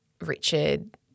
Richard